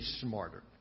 smarter